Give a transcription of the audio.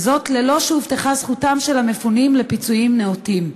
וזאת ללא שהובטחה זכותם של המפונים לפיצויים נאותים.